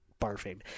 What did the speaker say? barfing